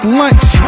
lunch